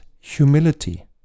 humility